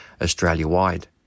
Australia-wide